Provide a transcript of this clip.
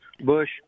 Bush